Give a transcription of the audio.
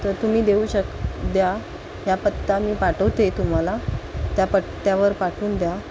तर तुम्ही देऊ शक द्या ह्या पत्ता मी पाठवते तुम्हाला त्या पत्त्यावर पाठवून द्या